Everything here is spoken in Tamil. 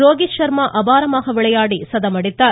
ரோகித் சர்மா அபாரமாக விளையாடி சதம் அடித்தார்